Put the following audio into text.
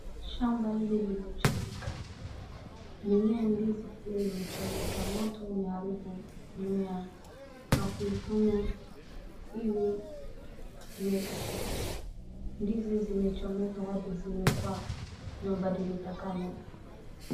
Shamba hili limechomeka. Mimea, ndizi pia imechomeka. Moto umeharibu mimea na kuifanya iwe imeisha. Ndizi zimechomeka hadi zimekuwa zimebadilika "colour".